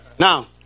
Now